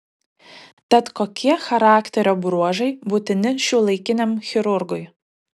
tad kokie charakterio bruožai būtini šiuolaikiniam chirurgui